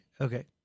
Okay